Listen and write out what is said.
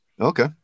Okay